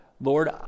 Lord